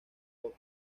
pop